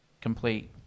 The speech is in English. complete